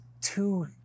two